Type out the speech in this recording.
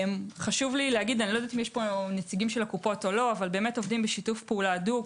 חשוב לי לומר - עובדים בשיתוף פעולה הדוק.